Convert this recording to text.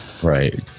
Right